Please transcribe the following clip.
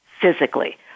physically